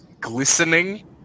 glistening